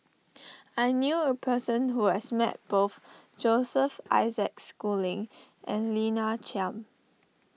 I knew a person who has met both Joseph Isaac Schooling and Lina Chiam